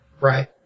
Right